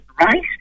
right